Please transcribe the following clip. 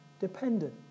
dependent